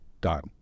done